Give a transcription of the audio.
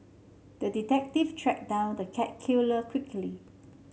the detective tracked down the cat killer quickly